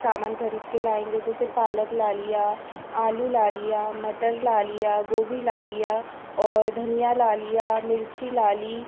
सामान ख़रीद के लाएंगे जैसे पालक ला लिया आलू ला लिया मटर ला लिया गोभी ला लिया और धनिया ला लिया मिर्ची ला ली